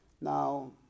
Now